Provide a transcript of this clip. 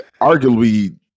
arguably